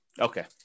Okay